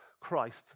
Christ